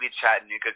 Chattanooga